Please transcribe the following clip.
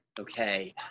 Okay